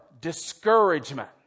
Discouragement